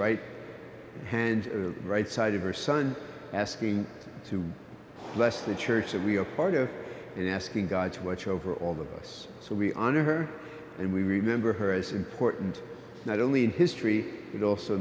right hand the right side of her son asking to bless the church that we are a part of and asking god to watch over all the us so we honor her and we remember her as important not only in history but also